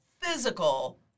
physical